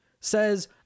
says